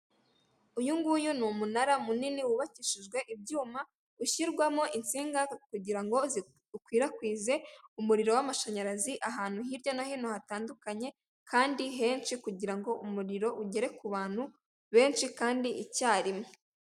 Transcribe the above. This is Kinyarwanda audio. Uyu nguyu ni umunara munini wubakishijwe ibyuma, ushyirwamo insinga kugira ngo zikwirakwize umuriro w'amashanyarazi ahantu hirya no hino hatandukanye kandi henshi, kugira ngo umuriro ugere ku bantu benshi kandi icyarimwe.